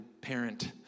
parent